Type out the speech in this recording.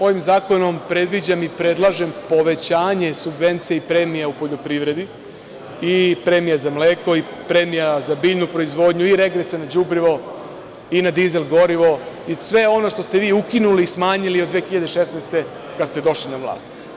Ovim zakonom predviđam i predlažem povećanje subvencija i premija u poljoprivredi i premija za mleko i premija za biljnu proizvodnju i regresa na đubrivo i na dizel gorivo i sve ono što ste vi ukinuli i smanjili od 2016. godine kada ste došli na vlast.